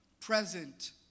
present